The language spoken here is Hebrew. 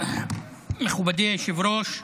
מכובדי היושב-ראש,